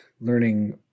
learning